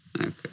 Okay